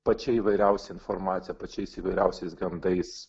pačia įvairiausia informacija pačiais įvairiausiais gandais